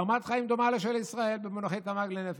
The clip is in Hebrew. ברמת חיים דומה לשל ישראל במונחי תמ"ג לנפש.